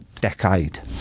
decade